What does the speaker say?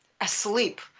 asleep